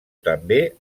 també